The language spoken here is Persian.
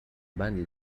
بندی